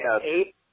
Eight